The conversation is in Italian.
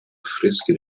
affreschi